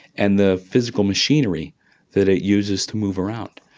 and the physical machinery that it uses to move around.